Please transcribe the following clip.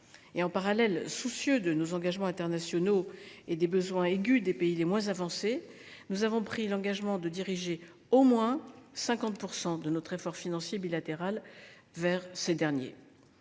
plus souple. Soucieux de nos engagements internationaux et des besoins aigus des pays les moins avancés, nous avons, en parallèle, pris l’engagement de diriger au moins 50 % de notre effort financier bilatéral vers ces derniers.